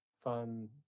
fun